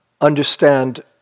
understand